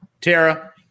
tara